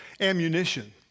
ammunition